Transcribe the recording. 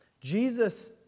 Jesus